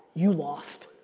you lost.